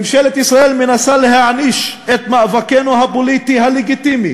ממשלת ישראל מנסה להעניש אותנו על מאבקנו הפוליטי הלגיטימי